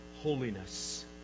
holiness